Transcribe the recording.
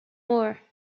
more